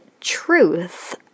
truth